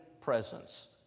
presence